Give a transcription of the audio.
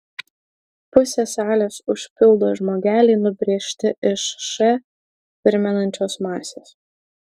pusę salės užpildo žmogeliai nubrėžti iš š primenančios masės